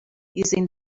using